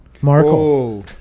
Markle